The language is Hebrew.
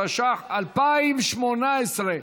התשע"ח 2018,